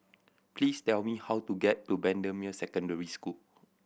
please tell me how to get to Bendemeer Secondary School